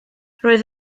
roedd